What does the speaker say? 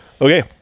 Okay